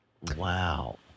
Wow